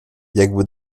jakby